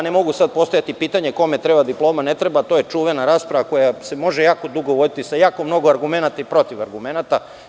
Ne mogu sada postavljati pitanja kome treba diploma, kome ne treba, to je čuvena rasprava koja se može jako dugo voditi sa jako mnogo argumenata i protivargumenata.